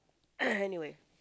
anyway